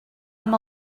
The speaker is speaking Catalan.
amb